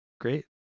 Great